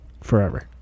forever